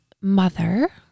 mother